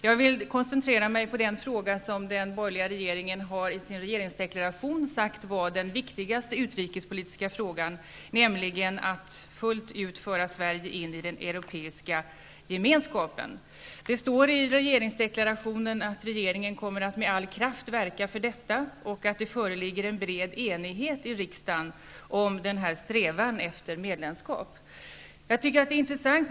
Jag vill koncentrera mig på den fråga som den borgerliga regeringen i sin regeringsdeklaration har sagt vara den viktigaste utrikespolitiska frågan, nämligen att fullt ut föra Sverige in i den Europeiska gemenskapen. Det står i regeringsdeklarationen att regeringen kommer att med all kraft verka för detta och att det föreligger en bred enighet i riksdagen om strävan efter medlemskap. Jag tycker att det är intressant.